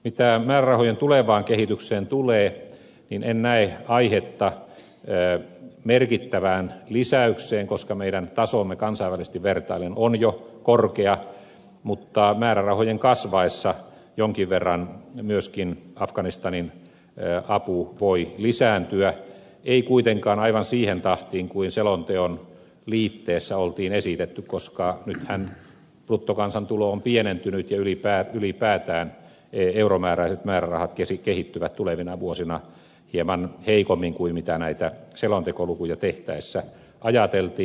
mitä määrärahojen tulevaan kehitykseen tulee niin en näe aihetta merkittävään lisäykseen koska meidän tasomme kansainvälisesti vertaillen on jo korkea mutta määrärahojen kasvaessa jonkin verran myöskin afganistanin apu voi lisääntyä ei kuitenkaan aivan siihen tahtiin kuin selonteon liitteessä oli esitetty koska nythän bruttokansantulo on pienentynyt ja ylipäätään euromääräiset määrärahat kehittyvät tulevina vuosina hieman heikommin kuin näitä selontekolukuja tehtäessä ajateltiin